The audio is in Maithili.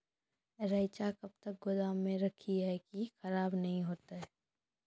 रईचा कब तक गोदाम मे रखी है की खराब नहीं होता?